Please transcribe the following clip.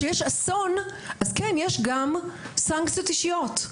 כשיש אסון כן יש גם סנקציות אישיות?".